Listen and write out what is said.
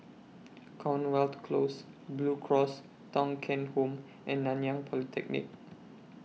Commonwealth Close Blue Cross Thong Kheng Home and Nanyang Polytechnic